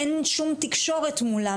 אין שום תקשורת מולם,